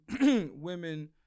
women